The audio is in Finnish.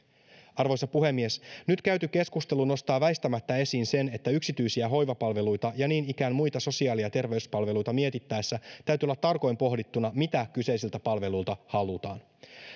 arvoisa puhemies nyt käyty keskustelu nostaa väistämättä esiin sen että yksityisiä hoivapalveluita ja niin ikään muita sosiaali ja terveyspalveluita mietittäessä täytyy olla tarkoin pohdittuna mitä kyseisiltä palveluilta halutaan